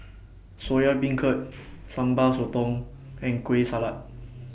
Soya Beancurd Sambal Sotong and Kueh Salat